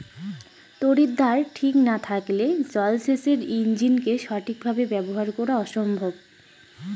তড়িৎদ্বার ঠিক না থাকলে জল সেচের ইণ্জিনকে সঠিক ভাবে ব্যবহার করা অসম্ভব